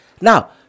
Now